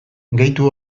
gehitu